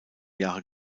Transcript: jahre